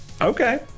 okay